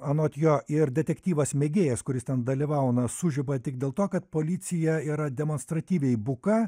anot jo ir detektyvas mėgėjas kuris ten dalyvauna sužiba tik dėl to kad policija yra demonstratyviai buka